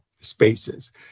spaces